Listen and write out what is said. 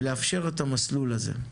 ולאפשר את המסלול הזה.